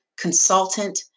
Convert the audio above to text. consultant